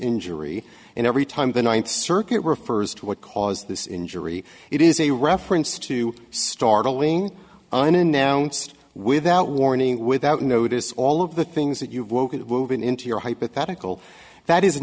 injury and every time the ninth circuit refers to what caused this injury it is a reference to start allowing unannounced without warning without notice all of the things that you've woken in into your hypothetical that is